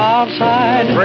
Outside